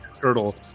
turtle